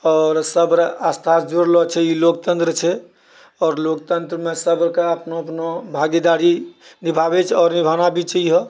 आओर सब रऽ आस्थासँ जुड़लो छै ई लोकतन्त्र छै आओर लोकतन्त्रमे सबके अपनो अपनो भागीदारी निभाबै छै आओर निभाना भी चाहियो